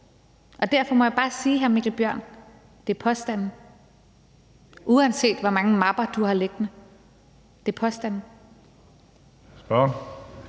Derfor må jeg bare sige, hr. Mikkel Bjørn, at det er påstande, uanset hvor mange mapper du har liggende – det er påstande.